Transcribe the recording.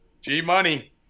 G-Money